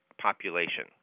population